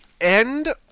end